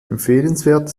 empfehlenswert